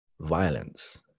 violence